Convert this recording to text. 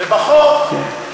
ובחוק,